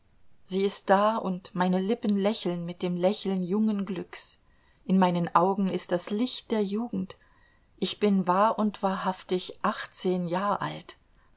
sie ist da und meine lippen lächeln mit dem lächeln jungen glücks in meinen augen ist das licht der jugend ich bin wahr und wahrhaftig achtzehn jahr alt